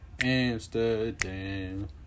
Amsterdam